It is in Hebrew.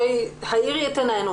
האירי את עינינו,